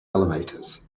elevators